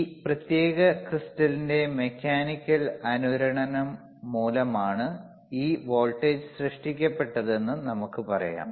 ഈ പ്രത്യേക ക്രിസ്റ്റലിന്റെ മെക്കാനിക്കൽ അനുരണനം മൂലമാണ് ഈ വോൾട്ടേജ് സൃഷ്ടിക്കപ്പെട്ടതെന്ന് നമുക്ക് പറയാം